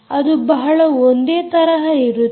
ಅದು ಬಹಳ ಒಂದೇ ತರಹ ಇರುತ್ತದೆ